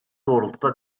doğrultuda